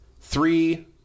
Three